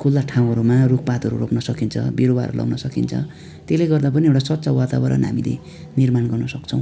खुल्ला ठाउँहरूमा रुखपातहरू रोप्न सकिन्छ बिरुवाहरू लाउन सकिन्छ त्यसले गर्दा पनि एउटा स्वच्छ वातावरण हामीले निर्माण गर्नसक्छौँ